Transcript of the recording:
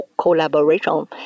Collaboration